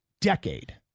decade